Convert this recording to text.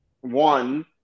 one